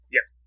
Yes